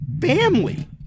family